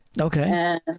Okay